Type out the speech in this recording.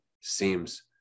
seems